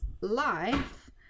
life